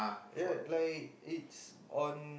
ya like it's on